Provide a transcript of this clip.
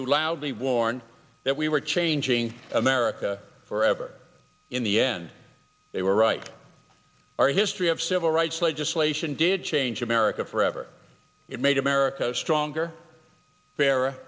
who loudly warned that we were changing america forever in the end they were right our history of civil rights legislation did change america forever it made america stronger bera